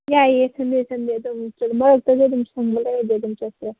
ꯌꯥꯏꯌꯦ ꯁꯟꯗꯦ ꯁꯟꯗꯦ ꯑꯗꯨꯝ ꯃꯔꯛꯇꯁꯨ ꯑꯗꯨꯝ ꯁꯪꯕ ꯂꯩꯔꯗꯤ ꯑꯗꯨꯝ ꯆꯠꯁꯦ